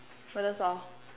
so that's all